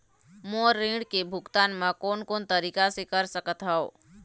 मोर ऋण के भुगतान म कोन कोन तरीका से कर सकत हव?